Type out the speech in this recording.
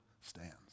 stands